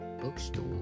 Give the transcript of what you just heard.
bookstore